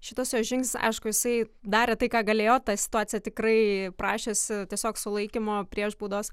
šitas jo žyngs aišku jisai darė tai ką galėjo ta situacija tikrai prašėsi tiesiog sulaikymo prieš baudos